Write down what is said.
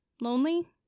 Lonely